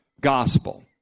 gospel